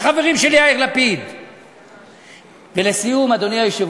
והם כדלקמן: סך הכול הוגשו